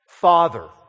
Father